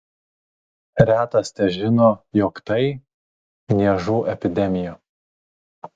retas težino jog tai niežų epidemija